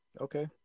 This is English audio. okay